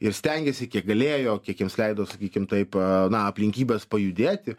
ir stengėsi kiek galėjo kiek jiems leido sakykim taip a na aplinkybės pajudėti